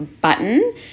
button